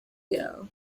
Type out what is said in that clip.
yawe